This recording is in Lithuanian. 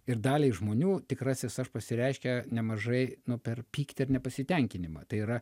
ir daliai žmonių tikrasis aš pasireiškia nemažai nu per pyktį ar nepasitenkinimą tai yra